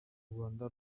rwanda